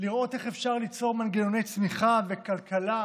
לראות איך אפשר ליצור מנגנוני צמיחה וכלכלה,